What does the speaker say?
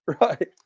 right